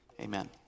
amen